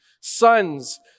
sons